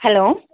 hello